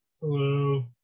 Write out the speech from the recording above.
Hello